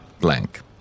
Blank